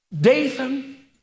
Dathan